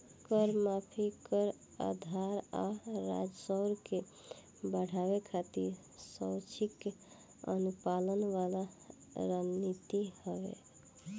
कर माफी, कर आधार आ राजस्व के बढ़ावे खातिर स्वैक्षिक अनुपालन वाला रणनीति हवे